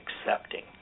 accepting